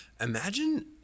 Imagine